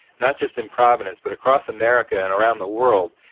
not just in providence, but across america and around the world,